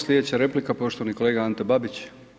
Sljedeća replika poštovani kolega Ante Babić.